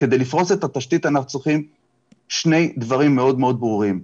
עדי לפרוס את התשתית אנחנו צריכים שני דברים מאוד מאוד ברורים,